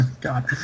God